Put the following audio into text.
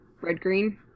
Red-green